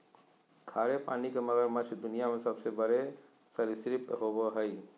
खारे पानी के मगरमच्छ दुनिया में सबसे बड़े सरीसृप होबो हइ